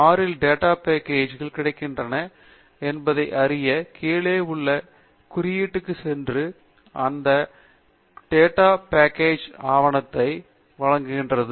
R இல் data package கள் கிடைக்கின்றன என்பதை அறிய கீழே உள்ள குறியீட்டுக்கு சென்று அந்த டேட்டா பேக்கேஜ் ஆவணத்தை வழங்குகிறது